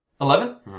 Eleven